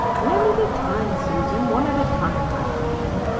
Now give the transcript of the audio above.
one at a time, susan, one at a time, laughed the man.